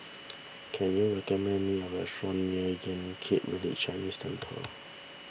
can you recommend me a restaurant near Yan Kit Village Chinese Temple